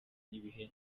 n’ibihe